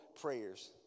prayers